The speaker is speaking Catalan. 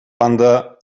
banda